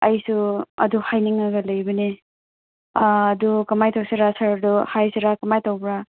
ꯑꯩꯁꯨ ꯑꯗꯨ ꯍꯥꯏꯅꯤꯡꯉꯒ ꯂꯩꯕꯅꯦ ꯑꯗꯨ ꯀꯃꯥꯏꯅ ꯇꯧꯁꯤꯔ ꯁꯔꯗꯨ ꯍꯥꯏꯁꯤꯔ ꯀꯃꯥꯏꯅ ꯇꯧꯕ꯭ꯔꯥ